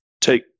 take